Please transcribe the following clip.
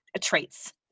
traits